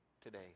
today